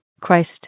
Christ